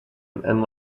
and